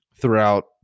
throughout